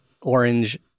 orange